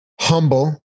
humble